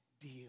deal